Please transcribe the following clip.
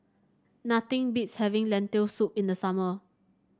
nothing beats having Lentil Soup in the summer